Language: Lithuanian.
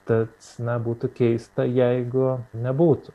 tad na būtų keista jeigu nebūtų